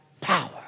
power